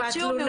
חופשי ומאושר.